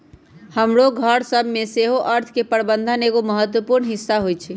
हमरो घर सभ में सेहो अर्थ के प्रबंधन एगो महत्वपूर्ण हिस्सा होइ छइ